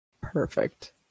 perfect